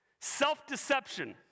Self-deception